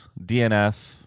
DNF